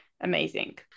amazing